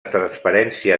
transparència